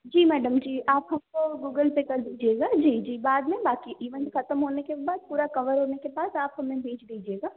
जी madam जी आप हमको गूगल पे कर दीजिएगा जी जी बाद में बाकी इवेंट खत्म होने के बाद पूरा कवर होने के बाद आप हमें भेज दीजिएगा